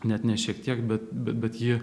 net ne šiek tiek bet bet ji